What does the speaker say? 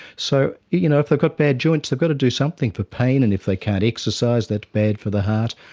so you know if they've got bad joints they've got to do something for pain, and if they can't exercise that's bad for the heart.